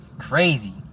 Crazy